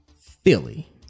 Philly